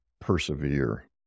persevere